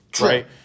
right